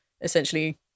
essentially